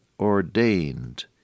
ordained